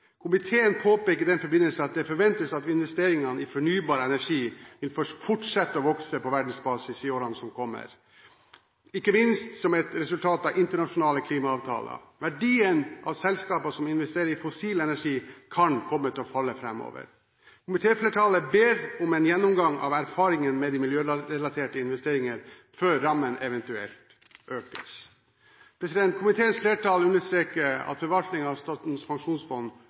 Komiteen påpeker i den forbindelse at det forventes at investeringene i fornybar energi vil fortsette å vokse på verdensbasis i årene som kommer – ikke minst som et resultat av internasjonale klimaavtaler. Verdien av selskaper som investerer i fossil energi, kan komme til å falle framover. Komitéflertallet ber om en gjennomgang av erfaringene med de miljørelaterte investeringer før rammene eventuelt økes. Komiteens flertall understreker at forvaltningen av Statens pensjonsfond